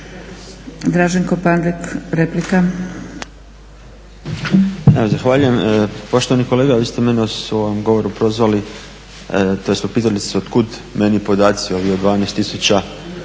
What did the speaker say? Draženko Pandek, replika.